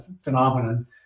phenomenon